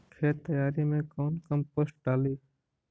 खेत तैयारी मे कौन कम्पोस्ट खाद डाली?